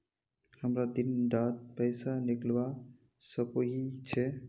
हमरा दिन डात पैसा निकलवा सकोही छै?